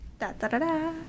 Da-da-da-da